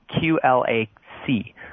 Q-L-A-C